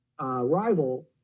rival